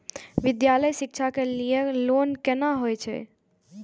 विद्यालय शिक्षा के लिय लोन केना होय ये?